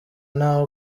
nta